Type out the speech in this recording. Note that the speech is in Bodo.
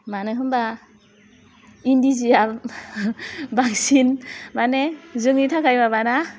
मानो होमबा इन्दि जिया बांसिन माने जोंनि थाखाय माबा ना